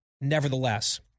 nevertheless